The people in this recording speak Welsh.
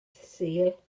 sul